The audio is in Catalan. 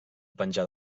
penjar